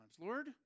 Lord